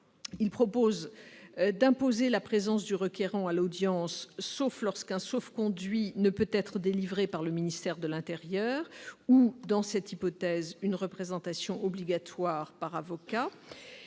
il s'agit d'imposer la présence du requérant à l'audience, excepté lorsqu'un sauf-conduit ne peut être délivré par le ministère de l'intérieur, ou, dans cette hypothèse, une représentation obligatoire par avocat.